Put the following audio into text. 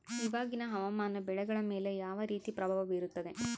ಇವಾಗಿನ ಹವಾಮಾನ ಬೆಳೆಗಳ ಮೇಲೆ ಯಾವ ರೇತಿ ಪ್ರಭಾವ ಬೇರುತ್ತದೆ?